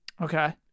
Okay